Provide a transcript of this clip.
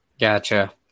gotcha